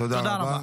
תודה רבה.